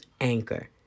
Anchor